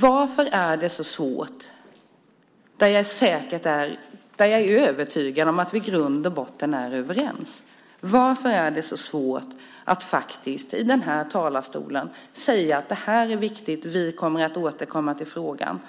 Varför är det så svårt - jag är övertygad om att vi i grund och botten är överens - att i den här talarstolen säga att det här är viktigt, vi kommer att återkomma i frågan?